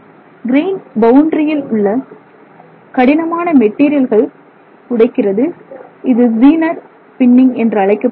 grain பவுண்டரியில் உள்ள கடினமான மெட்டீரியல்கள் உடைக்கிறது இது ஜீனர் பின்னிங் அழைக்கப்படுகிறது